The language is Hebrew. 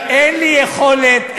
אין לי יכולת,